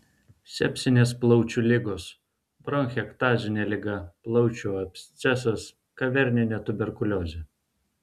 sepsinės plaučių ligos bronchektazinė liga plaučių abscesas kaverninė tuberkuliozė